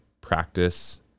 practice